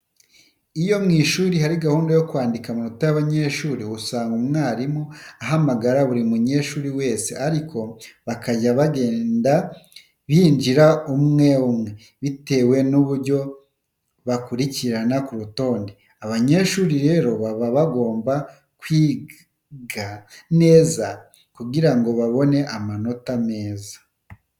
Iyo mu ishuri hari gahunda yo kwandika amanota y'abanyeshuri, usanga umwarimu ahamagara buri munyeshuri wese ariko bakajya bagenda binjira umwe umwe bitewe n'uburyo bakurikirana ku rutonde. Abanyeshuri rero baba bagomba kwiga neza kugira ngo babone amanota meza.